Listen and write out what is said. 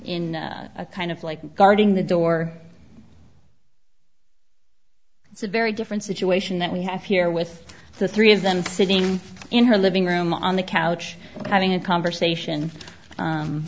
a kind of like guarding the door it's a very different situation that we have here with the three of them sitting in her living room on the couch having a conversation